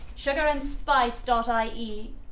sugarandspice.ie